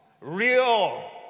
real